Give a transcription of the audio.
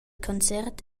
concert